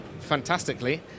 fantastically